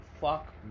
fuck